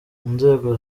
inzego